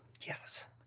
Yes